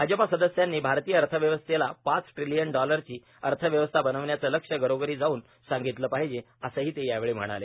भाजप सदस्यांनी भारतीय अर्थव्यवस्थेला पाच ट्रिसीयन डॉलरची अर्थव्यवस्था वनवण्याचे लस्य परोषरी जाऊन सांगितले पाहिजे असंही ते यावेळी म्हणाले